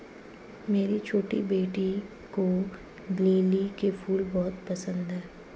मेरी छोटी बेटी को लिली के फूल बहुत पसंद है